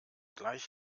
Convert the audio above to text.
gleich